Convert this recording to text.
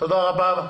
הצבעה בעד,